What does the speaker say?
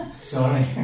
Sorry